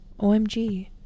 OMG